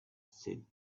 said